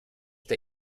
der